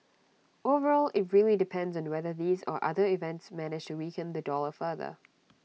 overall IT really depends on whether these or other events manage to weaken the dollar further